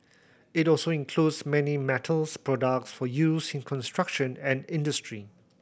it also includes many metals products for use in construction and industry